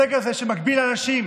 הסגר הזה, שמגביל אנשים,